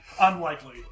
unlikely